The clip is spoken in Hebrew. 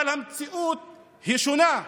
אבל המציאות היא שונה.